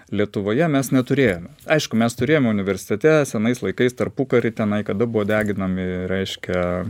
lietuvoje mes neturėjome aišku mes turėjom universitete senais laikais tarpukary tenai kada buvo deginami reiškia